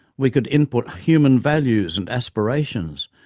we could input human values and aspirations,